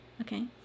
okay